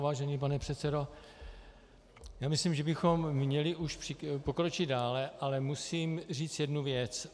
Vážený pane předsedo, já myslím, že bychom měli už pokročit dále, ale musím říct jednu věc.